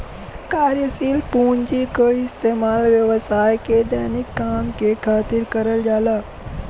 कार्यशील पूँजी क इस्तेमाल व्यवसाय के दैनिक काम के खातिर करल जाला